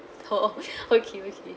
oh okay okay